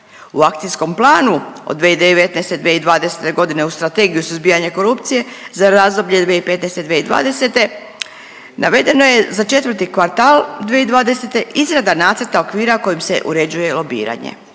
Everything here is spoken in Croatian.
U Akcijskom planu od 2019. – 2020. godine u Strategiju suzbijanja korupcije za razdoblje 2015. – 2020. navedeno je za četvrti kvartal 2020. izrada nacrta okvira kojim se uređuje lobiranje.